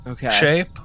shape